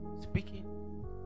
speaking